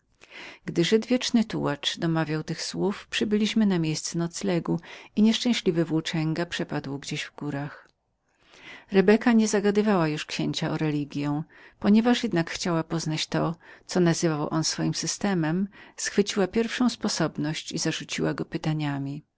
gdy żyd wieczny tułacz domawiał tych słów przybyliśmy na miejsce spoczynku i nieszczęśliwy włóczęga przepadł gdzieś w górach rebeka nie zaczepiała już księcia o religię ponieważ chciała jednak poznać to co nazywała jego systemem schwyciła pierwszą sposobność i zarzuciła go zapytaniami